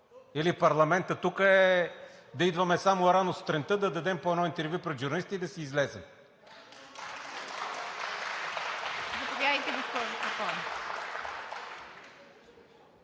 Или парламентът е, за да идваме само рано сутринта, да дадем по едно интервю пред журналистите и да си излезем?!